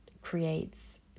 creates